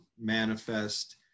manifest